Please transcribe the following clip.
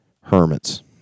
hermits